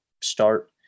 start